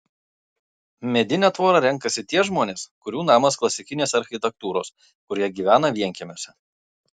medinę tvorą renkasi tie žmonės kurių namas klasikinės architektūros kurie gyvena vienkiemiuose